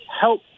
help